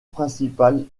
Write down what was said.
principal